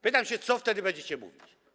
Pytam się, co wtedy będziecie mówić.